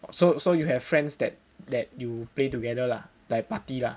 so so you have friends that that you play together lah like party lah